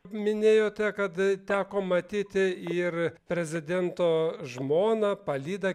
minėjote kad teko matyti ir prezidento žmoną palydą